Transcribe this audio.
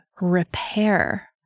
repair